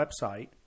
website